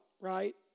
right